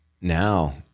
now